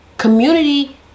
Community